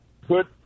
put